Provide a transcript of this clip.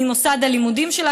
ממוסד הלימודים שלה,